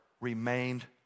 remained